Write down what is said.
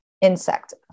insect